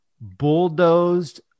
bulldozed